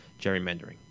gerrymandering